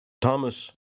Thomas